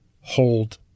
hold